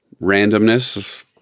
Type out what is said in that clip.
randomness